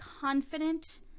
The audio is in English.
confident